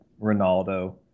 Ronaldo